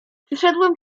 przyszedłem